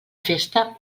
festa